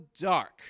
dark